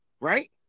Right